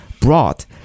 brought